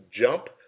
jump